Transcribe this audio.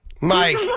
Mike